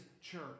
church